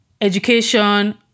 education